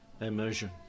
immersion